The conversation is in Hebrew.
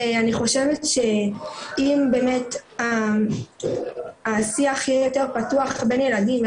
ואני חושבת שאם באמת השיח יהיה יותר פתוח לבין ילדים,